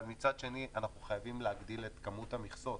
אבל מצד שני אנחנו חייבים להגדיל את כמות המכסות,